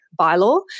bylaw